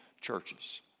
churches